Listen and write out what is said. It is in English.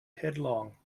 headlong